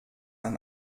ein